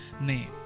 name